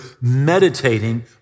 meditating